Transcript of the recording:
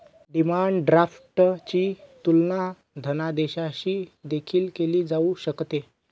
demand ड्राफ्टची तुलना धनादेशाशी देखील केली जाऊ शकते